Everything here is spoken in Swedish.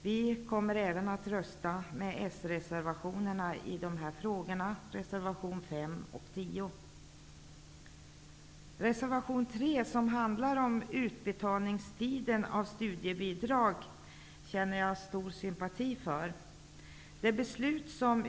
Vi kommer att rösta för Socialdemokraternas reservationer 5 och 10 som gäller dessa frågor. Reservation 3 handlar om den tid för vilken studiebidrag utgår, och den reservationen känner jag stor sympati för.